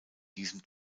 diesem